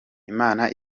imana